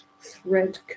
thread